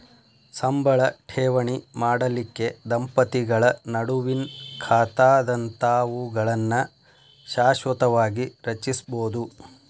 ಸಂಬಳ ಠೇವಣಿ ಮಾಡಲಿಕ್ಕೆ ದಂಪತಿಗಳ ನಡುವಿನ್ ಖಾತಾದಂತಾವುಗಳನ್ನ ಶಾಶ್ವತವಾಗಿ ರಚಿಸ್ಬೋದು